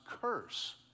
curse